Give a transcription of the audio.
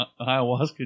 ayahuasca